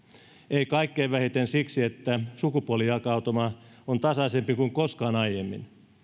ei kaikkein vähiten siksi että sukupuolijakautuma on tasaisempi kuin koskaan aiemmin